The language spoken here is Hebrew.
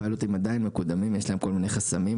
הפיילוטים עדיין מקודמים ויש להם כל מיני חסמים,